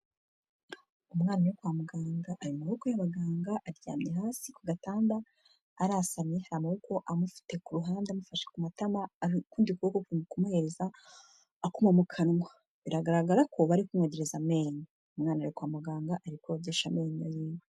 Umwana wo kwa muganga ari mumaboko y'abaganga aryamye hasi ku gatanda, arasamye haramaboko amufite ku ruhande amufashe ku matama, ukundi kuboko kumwohereza akuma mu kanwa biragaragara ko bari kumwogereza amenyo, umwana ari kwa muganga arikogesha amenyo yiwe.